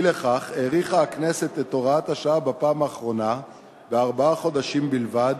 אי-לכך האריכה הכנסת את הוראת השעה בפעם האחרונה בארבעה חודשים בלבד,